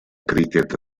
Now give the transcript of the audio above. cricket